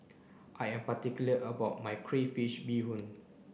I am particular about my crayfish beehoon